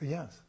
Yes